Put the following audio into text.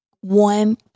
One